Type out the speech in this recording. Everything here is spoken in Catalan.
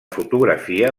fotografia